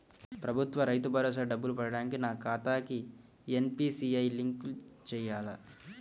ప్రభుత్వ రైతు భరోసా డబ్బులు పడటానికి నా ఖాతాకి ఎన్.పీ.సి.ఐ లింక్ చేయాలా?